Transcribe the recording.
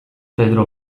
pedro